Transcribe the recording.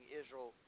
Israel